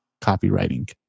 copywriting